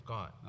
God